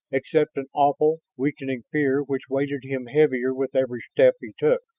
except an awful, weakening fear which weighted him heavier with every step he took.